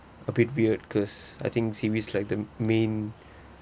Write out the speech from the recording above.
a bit weird cause I think seaweed like the main